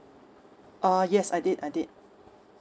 uh yes I did I did